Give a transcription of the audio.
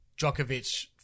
Djokovic